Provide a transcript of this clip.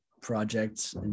projects